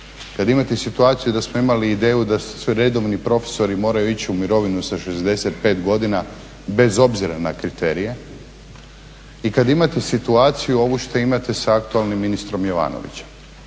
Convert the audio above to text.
kad imate situaciju da smo imali ideju da svi redovni profesori moraju ići u mirovinu sa 65 godina bez obzira na kriterije i kad imate situaciju ovu što imate s aktualnim ministrom Jovanovićem?